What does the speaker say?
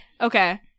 Okay